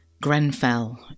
Grenfell